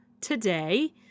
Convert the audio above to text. today